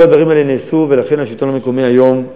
כל הדברים האלה נעשו, ולכן השלטון המקומי היום,